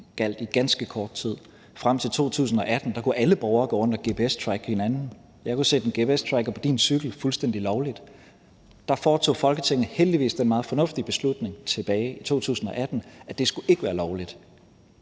gjaldt i ganske kort tid. Frem til 2018 kunne alle borgere gå rundt og gps-tracke hinanden. Jeg kunne sætte en gps-tracker på din cykel fuldstændig lovligt. Der foretog Folketinget heldigvis den meget fornuftige beslutning tilbage i 2018, at det ikke skulle være lovligt.